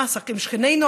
מה קורה עם שכנינו,